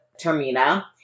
Termina